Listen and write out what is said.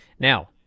Now